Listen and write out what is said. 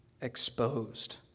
exposed